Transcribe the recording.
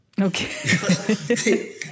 Okay